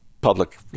public